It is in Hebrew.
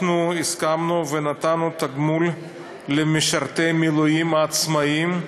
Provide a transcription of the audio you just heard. אנחנו הסכמנו ונתנו תגמול למשרתי מילואים העצמאים,